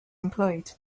employed